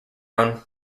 own